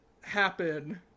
happen